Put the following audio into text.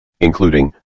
including